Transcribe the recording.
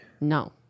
No